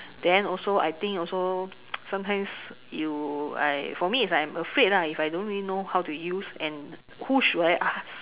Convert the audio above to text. then also I think also sometimes you I for me is I'm afraid lah if I don't really know how to use and who should I ask